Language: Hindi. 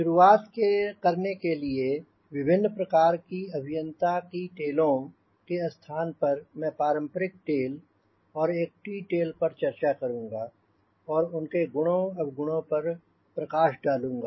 शुरुआत करने के लिए विभिन्न प्रकार की अभियंता की टेलों के स्थान पर मैं पारंपरिक टेल और एक टी टेल पर चर्चा करूंँगा और उनके गुणों अवगुणों पर प्रकाश डालूंँगा